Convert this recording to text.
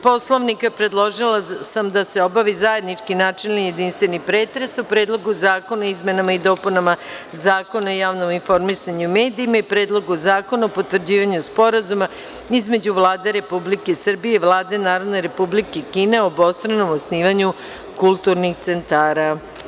Poslovnika, predložila sam da se obavi zajednički načelni i jedinstveni pretres o Predlogu zakona o izmenama i dopunama Zakona o javnom informisanju i medijima i Predlogu zakona o potvrđivanju Sporazuma između Vlade Republike Srbije i Vlade Narodne Republike Kine o obostranom osnivanju kulturnih centara.